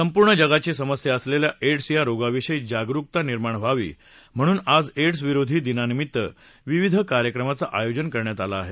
संपूर्ण जगाची समस्या असलेल्या एड्स या रोगा विषयी जागरूकता निर्माण व्हावी म्हणून आज एड्स विरोधी दिनानिमित्त विविध कार्यक्रमाचं आयोजन करण्यात आलं आहे